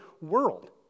world